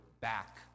back